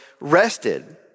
rested